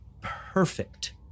perfect